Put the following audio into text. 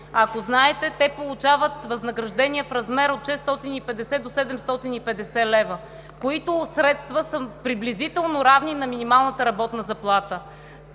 Ако знаете, те получават възнаграждения в размер от 650 до 750 лв., които средства са приблизително равни на минималната работна заплата.